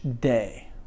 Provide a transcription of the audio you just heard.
day